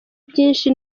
byinshi